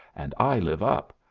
and i live up.